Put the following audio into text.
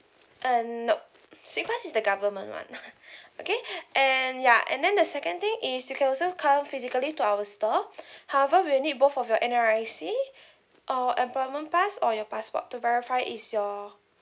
uh nope cause it's the government one okay and ya and then the second thing is you can also come physically to our store however we'll need both of your N_R_I_C or employment pass or your passport to verify it's your